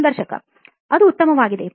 ಸಂದರ್ಶಕ ಅದು ಉತ್ತಮವಾಗಿದೆ